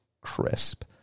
crisp